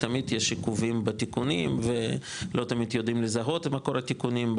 תמיד יש עיכוב בתיקונים ולא תמיד יודעים לזהות מקור התיקונים,